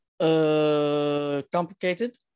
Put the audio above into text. complicated